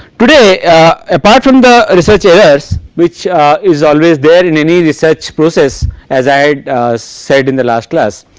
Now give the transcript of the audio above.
today apart from the research errors which is always there in any research process as i had said in the last class